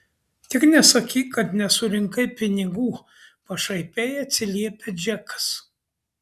tik nesakyk kad nesurinkai pinigų pašaipiai atsiliepia džekas